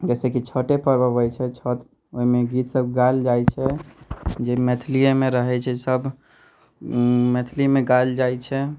जइसे कि छठे परब अबै छै छठ ओहिमे गीतसब गाएल जाइ छै जे मैथिलिएमे रहै छै सब मैथिलीमे गाएल जाइ छै